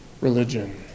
religion